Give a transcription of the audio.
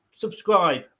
subscribe